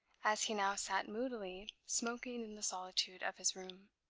as he now sat moodily smoking in the solitude of his room.